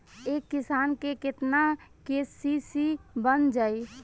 एक किसान के केतना के.सी.सी बन जाइ?